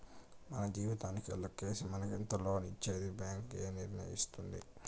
మన జీతానికే లెక్కేసి మనకెంత లోన్ ఇచ్చేది బ్యాంక్ ఏ నిర్ణయిస్తుంది